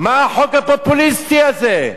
מה החוק הפופוליסטי הזה?